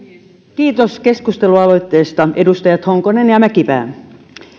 kiitos keskustelualoitteesta edustajat honkonen ja mäkipää